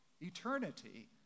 eternity